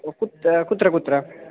कुत्र कुत्र